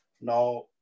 Now